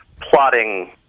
plotting